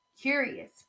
Curious